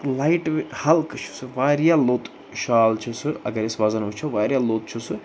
light وے ہلکہٕ چھُ سُہ واریاہ لوٚت شال چھُ سُہ اگر أسۍ وَزَن وُچھو واریاہ لوٚت چھُ سُہ